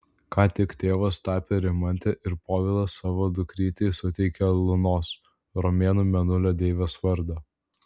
ką tik tėvas tapę rimantė ir povilas savo dukrytei suteikė lunos romėnų mėnulio deivės vardą